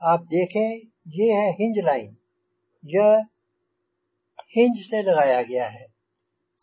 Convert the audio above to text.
आप देखें ये है यह है हिंज लाइन यह हिंज से लगाया गया है